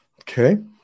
Okay